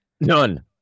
none